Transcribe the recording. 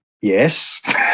yes